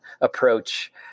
approach